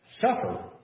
suffer